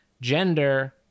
gender